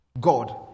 God